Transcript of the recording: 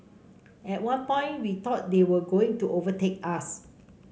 at one point we thought they were going to overtake us